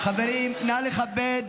חברים, נא לכבד